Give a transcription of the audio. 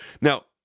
Now